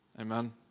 Amen